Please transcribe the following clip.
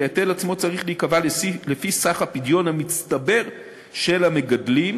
כי ההיטל עצמו צריך להיקבע לפי סך הפדיון המצטבר של המגדלים,